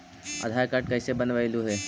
आधार card कईसे बनैलहु हे?